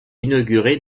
inaugurée